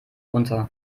unter